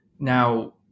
Now